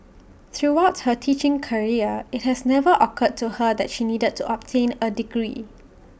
throughout her teaching career IT has never occurred to her that she needed to obtain A degree